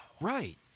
Right